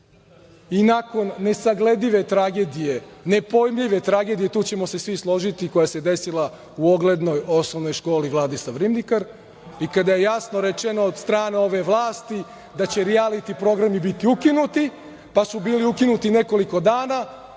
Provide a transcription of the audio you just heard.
i nakon nesagledive tragedije, nepojmljive tragedije, tu ćemo se svi složiti, koja se desila oglednoj Osnovnoj školi „Vladislav Ribnikar“ i kada je jasno rečeno od strane ove vlasti da će rijaliti programi biti ukinuti, pa su bili ukinuti nekoliko dana.